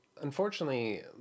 unfortunately